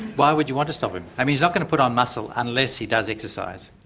why would you want to stop him? i mean, he's not going to put on muscle unless he does exercise.